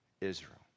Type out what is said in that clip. Israel